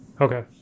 okay